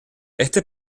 este